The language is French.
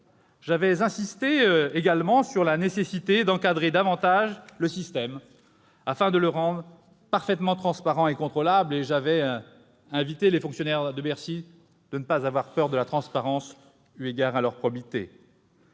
j'avais insisté également sur la nécessité d'encadrer davantage le système afin de le rendre parfaitement transparent et contrôlable. J'avais invité les fonctionnaires de Bercy à ne pas avoir peur de la transparence eu égard à leur probité.